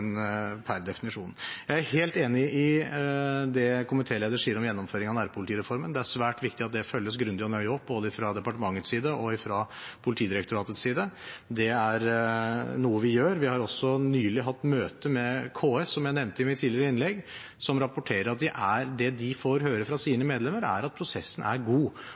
per definisjon. Jeg er helt enig i det komitélederen sier om gjennomføring av nærpolitireformen. Det er svært viktig at det følges grundig og nøye opp både fra departementets side og fra Politidirektoratets side. Det er noe vi gjør. Vi har også nylig hatt møte med KS, som jeg nevnte i mitt tidligere innlegg, som rapporterer at det de hører fra sine medlemmer, er at prosessen er god.